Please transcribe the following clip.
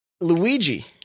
Luigi